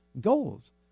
goals